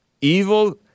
Evil